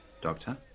doctor